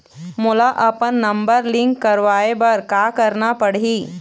मोला अपन number link करवाये बर का करना पड़ही?